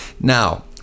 Now